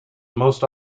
most